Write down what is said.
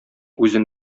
үзен